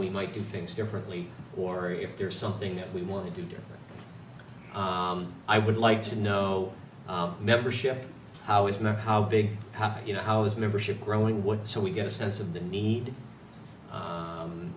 we might do things differently or if there is something that we want to do different i would like to know membership how it's not how big you know how this membership growing what so we get a sense of the need